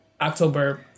October